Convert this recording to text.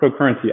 cryptocurrency